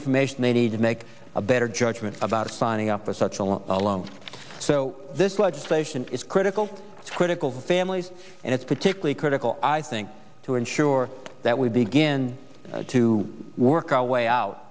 information they need to make a better judgment about signing up for such a long alone so this legislation is critical to critical families and it's particularly critical i think to ensure that we begin to work our way out